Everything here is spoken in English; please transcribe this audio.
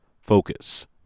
Focus